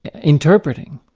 interpreting,